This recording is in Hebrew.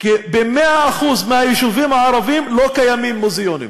ב-100% היישובים הערביים לא קיימים מוזיאונים.